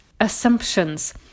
assumptions